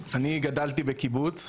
כי החוויה של להיות נער לא בסיכון באופק,